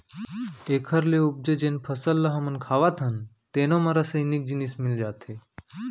एखर ले उपजे जेन फसल ल हमन खावत हन तेनो म रसइनिक जिनिस मिल जाथे